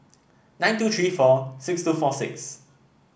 nine two three four six two four six